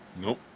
Nope